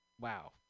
wow